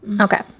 Okay